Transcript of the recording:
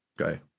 okay